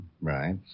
Right